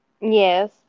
Yes